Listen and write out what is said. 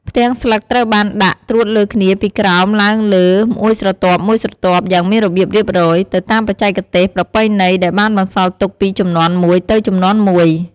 ផ្ទាំងស្លឹកត្រូវបានដាក់ ត្រួតលើគ្នាពីក្រោមឡើងលើមួយស្រទាប់ៗយ៉ាងមានរបៀបរៀបរយ ទៅតាមបច្ចេកទេសប្រពៃណីដែលបានបន្សល់ទុកពីជំនាន់មួយទៅជំនាន់មួយ។